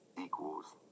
equals